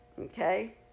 Okay